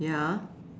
ya